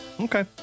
Okay